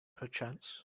perchance